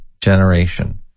generation